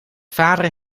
vader